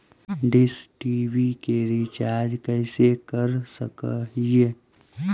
Dish TV के recharge कैसे कर सक हिय?